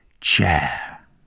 chair